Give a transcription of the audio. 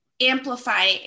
amplify